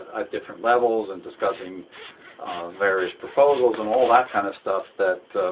ah different levels, and discussing various proposals, and all that kind of stuff that